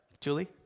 Julie